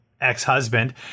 ex-husband